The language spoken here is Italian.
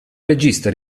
regista